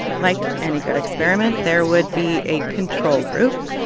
like any good experiment, there would be a control group.